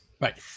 Right